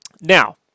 Now